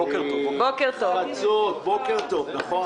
בוקר טוב, נכון.